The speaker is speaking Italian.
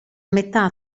metà